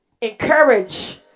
encourage